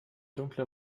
dunkle